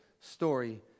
story